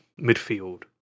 midfield